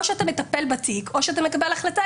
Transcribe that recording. או שאתה מטפל בתיק או שאתה מקבל החלטה